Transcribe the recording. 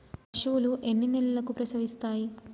పశువులు ఎన్ని నెలలకు ప్రసవిస్తాయి?